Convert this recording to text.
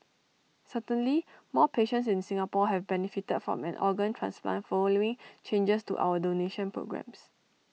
certainly more patients in Singapore have benefited from an organ transplant following changes to our donation programmes